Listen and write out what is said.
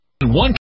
one